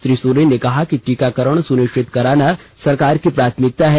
श्री सोरेन ने कहा कि टीकाकरण सुनिष्वित करना सरकार की प्राथमिकता है